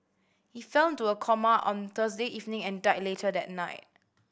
he fell into a coma on Thursday evening and died later that night